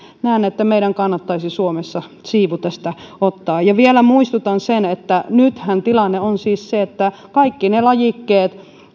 näen että meidän kannattaisi suomessa siivu tästä ottaa ja vielä muistutan että nythän tilanne on siis se että kaikki ne lajikkeet